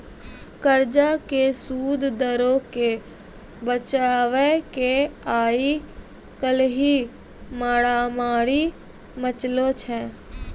कर्जा के सूद दरो के बचाबै के आइ काल्हि मारामारी मचलो छै